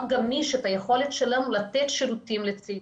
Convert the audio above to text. גמיש את היכולת שלנו לתת שירותים לצעירים.